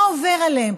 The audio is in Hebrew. מה עובר עליהן,